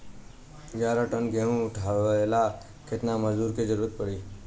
ग्यारह टन गेहूं उठावेला केतना मजदूर के जरुरत पूरी?